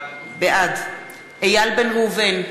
בעד איל בן ראובן,